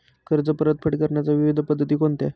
कर्ज परतफेड करण्याच्या विविध पद्धती कोणत्या?